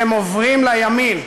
שהם עוברים לימין,